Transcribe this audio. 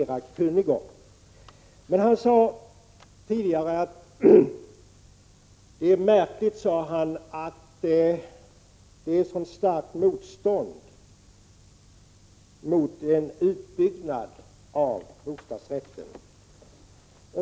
Han sade vidare att han fann det märkligt att det fanns ett sådant starkt motstånd mot en utbyggnad av bostadsrätten.